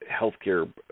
healthcare